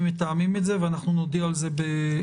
מתאמים את זה ואנחנו נודיע על זה בקרוב.